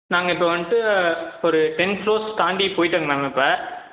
நாங்கள் இப்போ வந்துட்டு ஒரு டென் ஃப்ளோர்ஸ் தாண்டி போய்விட்டேங்க மேம் இப்போ